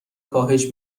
کاهش